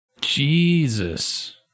Jesus